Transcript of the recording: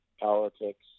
politics